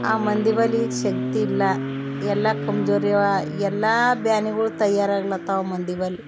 ಆ ಮಂದಿ ಬಳಿ ಈಗ ಶಕ್ತಿ ಇಲ್ಲ ಎಲ್ಲ ಕಂಜೋರ್ಯವ ಎಲ್ಲ ಬ್ಯಾನಿಗಳು ತಯಾರಗ್ಲತವ ಮಂದಿ ಬಳಿ